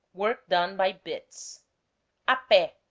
work done by bits a pe,